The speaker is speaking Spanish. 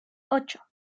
ocho